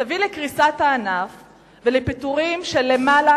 יביא לקריסת הענף ולפיטורים של למעלה